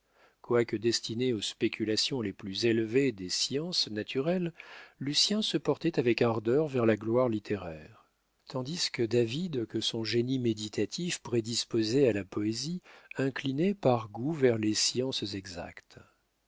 quoique destiné aux spéculations les plus élevées des sciences naturelles lucien se portait avec ardeur vers la gloire littéraire tandis que david que son génie méditatif prédisposait à la poésie inclinait par goût vers les sciences exactes